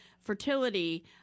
fertility